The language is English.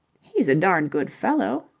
he's a darned good fellow.